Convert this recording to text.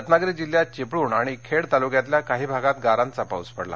रत्नागिरी जिल्ह्यात चिपळण आणि खेडता लक्यातल्या काही भागात गारांचा पाऊस पडला